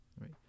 right